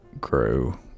grow